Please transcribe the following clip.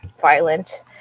violent